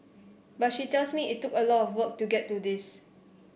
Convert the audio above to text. but she tells me it took a lot of work to get to this